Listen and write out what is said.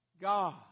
God